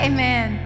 Amen